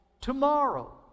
tomorrow